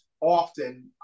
often